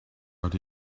but